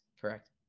correct